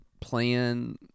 plan